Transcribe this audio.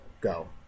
go